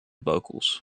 vocals